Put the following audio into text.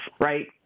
right